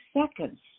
seconds